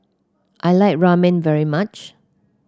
I like Ramen very much